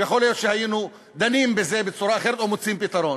יכול להיות שהיינו דנים בזה בצורה אחרת או מוצאים פתרון.